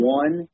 one